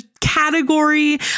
category